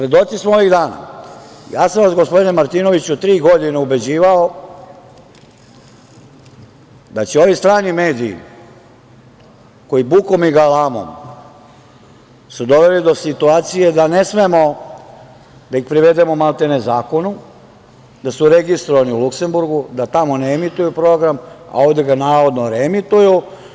Ja sam vas gospodine Martinoviću tri godine ubeđivao da će ovi strani mediji koji su bukom i galamom doveli do situacije da ne smemo da ih prevedemo zakonu, da su registrovani u Luksenburgu, da tamo ne emituju program, a ovde ga navodno reemituju.